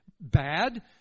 bad